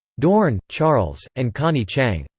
dorn, charles, and connie chiang.